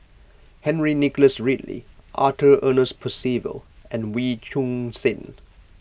Henry Nicholas Ridley Arthur Ernest Percival and Wee Choon Seng